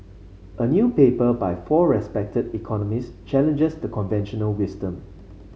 a new paper by four respected economists challenges the conventional wisdom